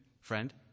friend